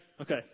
Okay